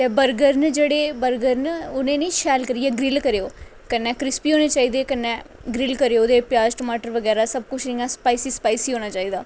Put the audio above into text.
burger न जेह्ड़े उ'नेंगी नी शैल करियै गरिल्ड करेओ कन्नै करिस्पी होने चाहिदे कन्नै गरिल्ड कन्नै स्पाइसी स्पाइसी होना चाहिदा